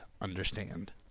understand